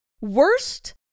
Worst